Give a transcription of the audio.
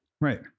Right